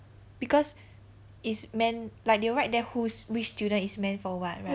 because it's meant like they'll write there whose which students is meant for what right